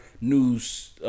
news